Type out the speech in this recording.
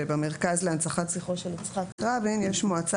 במרכז להנצחת זכרו של יצחק רבין יש מועצה